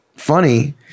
funny